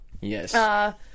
Yes